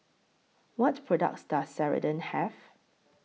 What products Does Ceradan Have